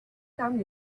come